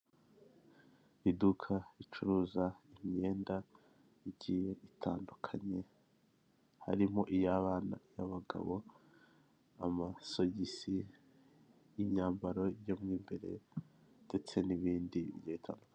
Iduka ricuruza imyenda igiye itandukanye harimo; iy'abana, iy'abagabo, amasogisi, imyambaro yo mo imbere ndetse n'ibindi bigiye bitandukanye.